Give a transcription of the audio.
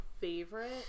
favorite